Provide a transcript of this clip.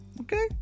Okay